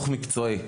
המקצועי.